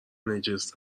نجس